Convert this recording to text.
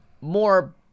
more